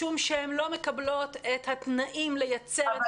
משום שהן לא מקבלות את התנאים לייצר את